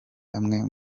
amwe